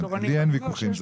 לי אין ויכוחים.